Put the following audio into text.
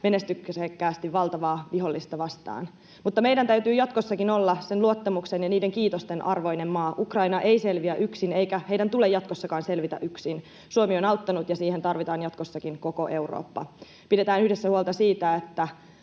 menestyksekkäästi valtavaa vihollista vastaan. Mutta meidän täytyy jatkossakin olla sen luottamuksen ja niiden kiitosten arvoinen maa. Ukraina ei selviä yksin, eikä heidän tulee jatkossakaan selvitä yksin. Suomi on auttanut, ja siihen tarvitaan jatkossakin koko Eurooppaa. Pidetään yhdessä huolta siitä, että